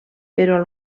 però